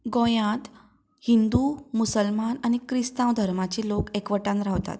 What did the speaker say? गोंयांत हिंदू मुसलमान आनी क्रिस्तांव धर्माचे लोक एकवटांत रावतात